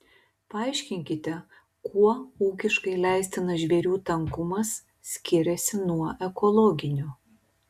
paaiškinkite kuo ūkiškai leistinas žvėrių tankumas skiriasi nuo ekologinio